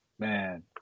Man